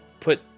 put